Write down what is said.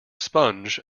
sponge